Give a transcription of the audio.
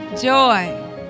joy